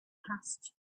passed